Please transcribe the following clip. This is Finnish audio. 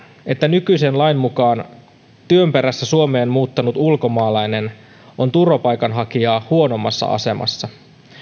että nykyisen lain mukaan työn perässä suomeen muuttanut ulkomaalainen on turvapaikanhakijaa huonommassa asemassa